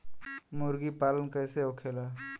मुर्गी पालन कैसे होखेला?